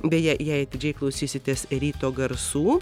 beje jei atidžiai klausysitės ryto garsų